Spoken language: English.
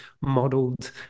modeled